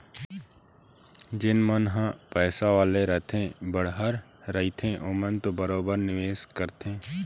जेन मन ह पइसा वाले रहिथे बड़हर रहिथे ओमन तो बरोबर निवेस करथे